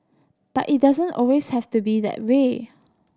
but it doesn't always have to be that way